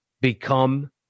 become